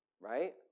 right